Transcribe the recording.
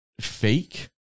fake